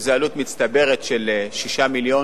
שזה עלות מצטברת של 6 מיליון,